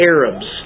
Arabs